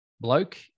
bloke